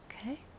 okay